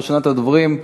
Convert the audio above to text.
הראשונה בדוברים,